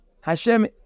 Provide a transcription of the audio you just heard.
Hashem